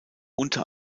unter